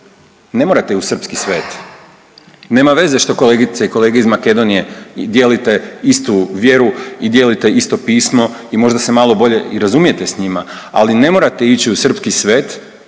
ne morate u srpski svet, nema veze što kolegice i kolege iz Makedonije dijelite istu vjeru i dijelite isto pismo i možda se malo bolje i razumijete s njima, ali ne morate ići u srpski svet